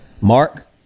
Mark